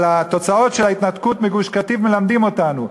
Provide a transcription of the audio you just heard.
אבל התוצאות של ההתנתקות מגוש-קטיף מלמדות אותנו.